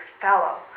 fellow